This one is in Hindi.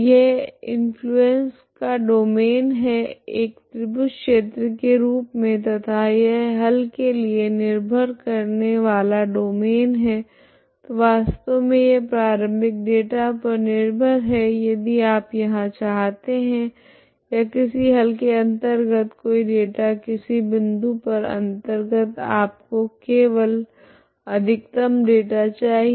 यह इंफ्लुएंस का डोमैन है एक त्रिभुज क्षेत्र के रूप मे तथा यह हल के लिए निर्भर करने वाला डोमैन है तो वास्तव मे यह प्रारम्भिक डेटा पर निर्भर है यदि आप यहाँ चाहते है या किसी हल के अंतर्गत कोई डेटा किसी बिंदु पर अंतर्गत आपको केवल अधिकतम डेटा चाहिए